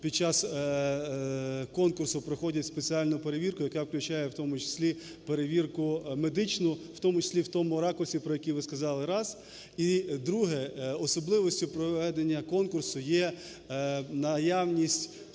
під час конкурсу проходять спеціальну перевірку, яка включає в тому числі перевірку медичну, в тому числі в ракурсі про який ви сказали. Раз. І друге. Особливістю проведення конкурсу є наявність